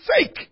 fake